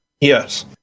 Yes